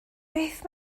beth